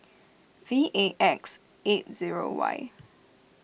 V A X eight zero Y